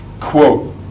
quote